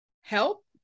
help